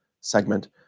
segment